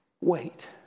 wait